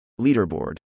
Leaderboard